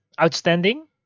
outstanding